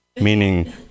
meaning